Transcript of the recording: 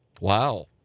Wow